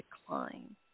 decline